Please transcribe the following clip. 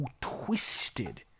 twisted